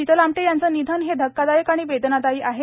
शीतल आमटे यांचे निधन हे धक्कादायक आणि वेदनादायी आहे